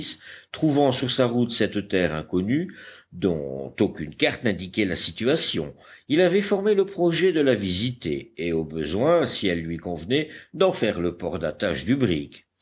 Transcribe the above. trouvant sur sa route cette terre inconnue dont aucune carte n'indiquait la situation il avait formé le projet de la visiter et au besoin si elle lui convenait d'en faire le port d'attache du brick